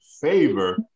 favor